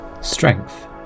Strength